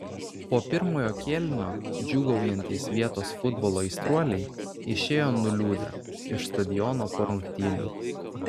po pirmojo kėlinio džiūgaujantys vietos futbolo aistruoliai išėjo nuliūdę iš stadiono po rungtynių